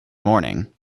morning